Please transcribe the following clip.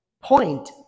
point